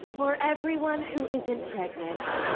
for everyone who isn't pregnant.